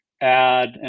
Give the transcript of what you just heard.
add